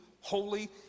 holy